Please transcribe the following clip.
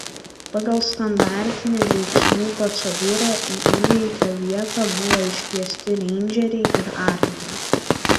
pagal standartinę veiksmų procedūrą į įvykio vietą buvo iškviesti reindžeriai ir armija